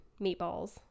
meatballs